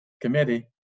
committee